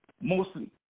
mostly